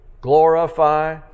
Glorify